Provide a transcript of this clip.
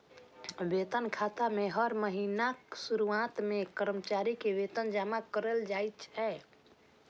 वेतन खाता मे हर महीनाक शुरुआत मे कर्मचारी के वेतन जमा कैल जाइ छै